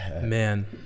man